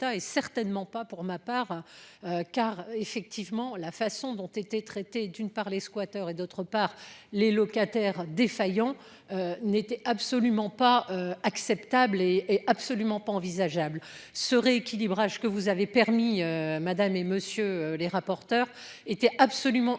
et certainement pas pour ma part. Car effectivement la façon dont été traité d'une part les squatteurs et d'autre part les locataires défaillants. N'était absolument pas acceptable et et absolument pas envisageable ce rééquilibrage que vous avez permis madame et monsieur les rapporteurs était absolument indispensable